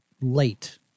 late